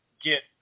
get